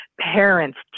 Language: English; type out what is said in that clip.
parents